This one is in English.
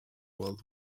world